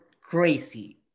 crazy